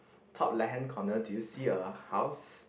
top left hand corner do you see a house